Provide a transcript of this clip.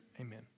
amen